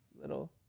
little